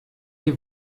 die